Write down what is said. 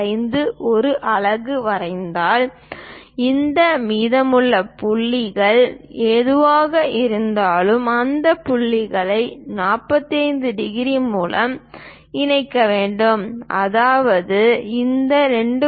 5 ஒரு அலகு வரைந்தால் இந்த மீதமுள்ள புள்ளிகள் எதுவாக இருந்தாலும் அந்த புள்ளிகளை 45 டிகிரி மூலம் இணைக்க வேண்டும் அதாவது இந்த 2